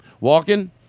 Walking